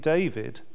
David